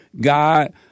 God